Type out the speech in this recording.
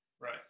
Right